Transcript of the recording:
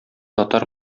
татар